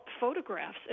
photographs